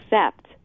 accept